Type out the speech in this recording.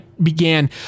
began